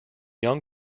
young